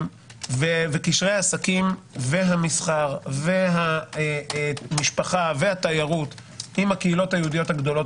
וקשרי עסקים והמסחר והמשפחה והתיירות עם הקהילות היהודיות הגדולות